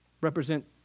represent